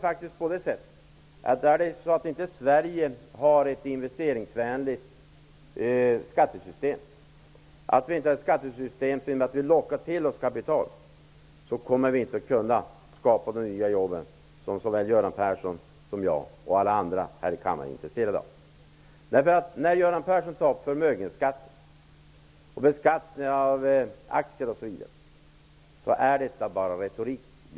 Om inte Sverige har ett investeringsvänligt skattesystem som kan locka till oss kapital, så kommer vi inte att kunna skapa de nya jobb som såväl Göran Persson som jag och alla andra här i kammaren är intresserade av. När Göran Persson tar upp skatten på förmögenhet och aktier osv. är detta bara retorik.